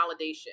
validation